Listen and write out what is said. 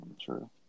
True